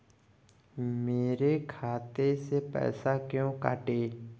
मेरे खाते से पैसे क्यों कटे?